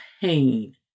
pain